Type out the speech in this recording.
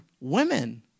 women